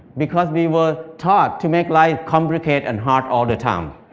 because we were taught to make life complicated and hard all the time.